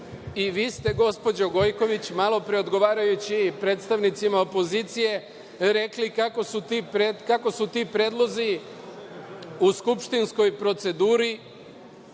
i vi ste gospođo Gojković, malopre, odgovarajući predstavnicima opozicije rekli kako su ti predlozi u skupštinskoj proceduri…Gospođo